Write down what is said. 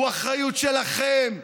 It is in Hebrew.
הוא אחריות שלכם.